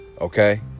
okay